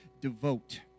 devote